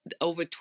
over